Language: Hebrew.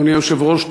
אדוני היושב-ראש,